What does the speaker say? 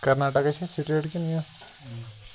کَرناٹکہ چھا سٹیٹ کِنہٕ یہِ